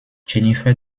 jennifer